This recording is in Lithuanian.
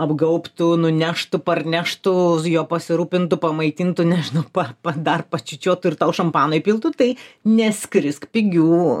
apgaubtų nuneštų parneštų juo pasirūpintų pamaitintų nežinau pa pa dar paskaičiuotų ir tau šampano įpiltų tai neskrisk pigių